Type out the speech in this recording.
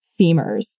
femurs